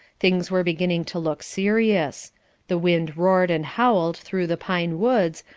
things were beginning to look serious the wind roared and howled through the pine woods,